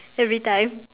every time